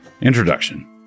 Introduction